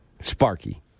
Sparky